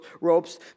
ropes